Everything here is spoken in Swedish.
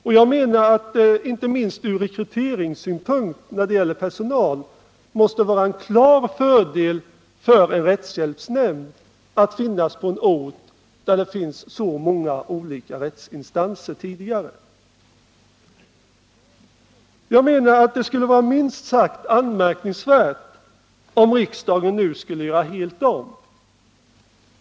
Inte minst från personalrekryteringssynpunkt måste det vara en klar fördel för en rättshjälpsnämnd att finnas på en ort där det tidigare finns så många olika rättsinstanser. Det skulle vara minst sagt anmärkningsvärt om riksdagen nu gjorde helt om.